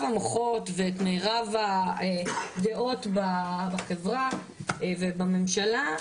המוחות ואת מירב הדעות בחברה ובממשלה,